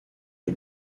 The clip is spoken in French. est